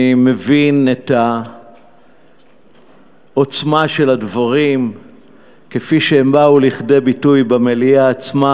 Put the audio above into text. אני מבין את העוצמה של הדברים כפי שהם באו לכדי ביטוי במליאה עצמה,